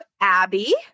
Abby